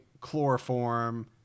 chloroform